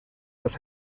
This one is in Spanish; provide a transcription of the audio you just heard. dos